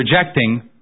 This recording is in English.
rejecting